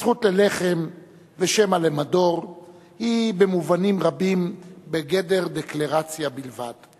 הזכות ללחם ושמא למדור היא במובנים רבים בגדר דקלרציה בלבד.